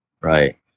Right